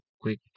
quick